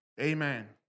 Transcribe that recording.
Amen